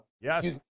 Yes